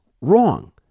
wrong